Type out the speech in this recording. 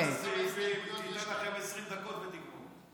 תבדוק כמה הסתייגויות יש לכם, 20 דקות ותגמור.